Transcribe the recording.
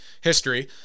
history